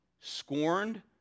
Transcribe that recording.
scorned